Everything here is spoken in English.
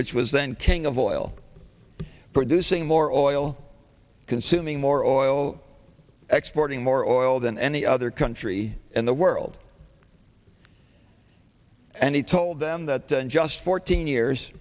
which was then king of oil producing more oil consuming more oil exporting more oil than any other country in the world and he told them that in just fourteen years